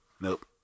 Nope